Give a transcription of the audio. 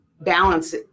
balance